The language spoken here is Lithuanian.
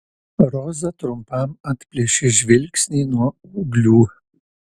roza trumpam atplėšė žvilgsnį nuo ūglių